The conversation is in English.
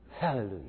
Hallelujah